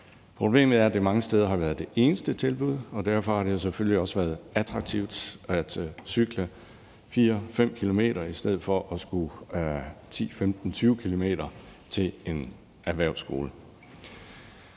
Problemet er, at det mange steder har været det eneste tilbud, og derfor har det selvfølgelig også været attraktivt at cykle 4-5 km i stedet for at skulle 10, 15, 20 km til en erhvervsskole.